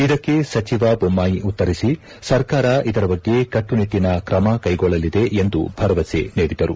ಇದಕ್ಕೆ ಸಚಿವ ಬೊಮ್ಮಾಯಿ ಉತ್ತರಿಸಿ ಸರ್ಕಾರ ಇದರ ಬಗ್ಗೆ ಕಟ್ಟುನಿಟ್ಟಿನ ತ್ರಮ ಕೈಗೊಳ್ಳಲಿದೆ ಎಂದು ಭರವಸೆ ನೀಡಿದರು